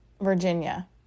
Virginia